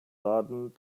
laden